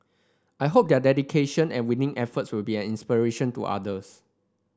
I hope their dedication and winning efforts will be an inspiration to others